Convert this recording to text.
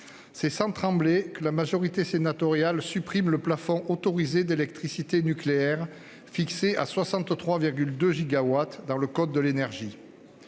C'est sans trembler que la majorité sénatoriale supprime le plafond autorisé d'électricité nucléaire, fixé à 63,2 gigawatts, dans le code de l'énergie.